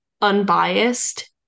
unbiased